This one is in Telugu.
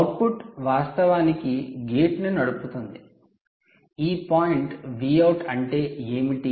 అవుట్పుట్ వాస్తవానికి గేట్ను నడుపుతుంది ఈ పాయింట్ Vout అంటే ఏమిటి